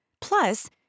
Plus